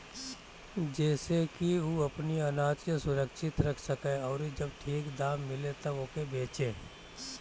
जेसे की उ अपनी आनाज के सुरक्षित रख सके अउरी जब ठीक दाम मिले तब ओके बेचे